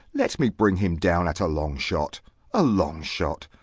let me bring him down at a long shot a long shot,